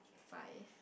five